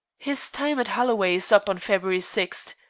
his time at holloway is up on february six.